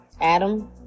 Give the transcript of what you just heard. Adam